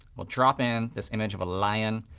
we'll drop in this image of a lion.